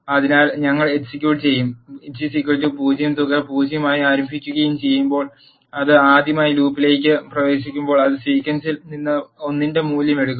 അതിനാൽ ഞങ്ങൾ എക്സിക്യൂട്ട് ചെയ്യുകയും 0 തുക 0 ആയി ആരംഭിക്കുകയും ചെയ്യുമ്പോൾ അത് ആദ്യമായി ലൂപ്പിലേക്ക് പ്രവേശിക്കുമ്പോൾ അത് സീക്വൻസിൽ നിന്ന് 1 ന്റെ മൂല്യം എടുക്കും